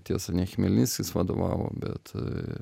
tiesa ne chmelnickis vadovavo bet